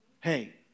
Hey